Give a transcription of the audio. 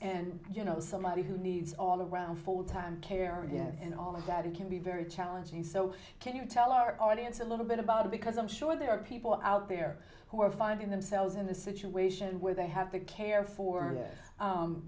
and you know somebody who needs all around full time care and you know and all of that it can be very challenging so can you tell our audience a little bit about it because i'm sure there are people out there who are finding themselves in a situation where they have to care for